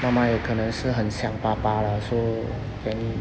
妈妈有可能是很想爸爸了 so very